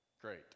Great